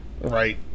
Right